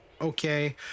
Okay